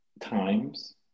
times